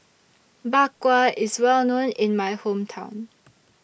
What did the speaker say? Bak Kwa IS Well known in My Hometown